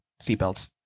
seatbelts